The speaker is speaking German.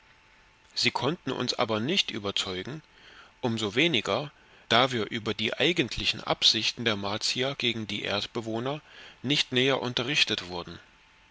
sie konnten uns aber nicht überzeugen um so weniger da wir über die eigentlichen absichten der martier gegen die erdbewohner nicht näher unterrichtet wurden